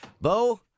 Bo